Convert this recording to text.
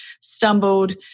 stumbled